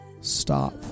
stop